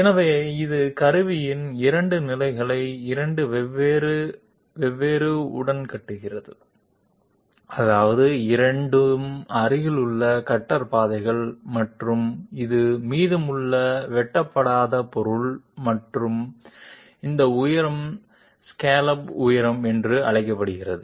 எனவே இது கருவியின் இரண்டு நிலைகளை இரண்டு வெவ்வேறு உடன் காட்டுகிறது அதாவது இரண்டு அருகிலுள்ள கட்டர் பாதைகள் மற்றும் இது மீதமுள்ள வெட்டப்படாத பொருள் மற்றும் இந்த உயரம் ஸ்காலப் உயரம் என்று அழைக்கப்படுகிறது